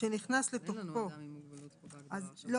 שנכנס לתוקפו --- אין לנו אדם עם מוגבלות --- יכול